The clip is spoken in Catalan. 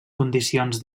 condicions